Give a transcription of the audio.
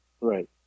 right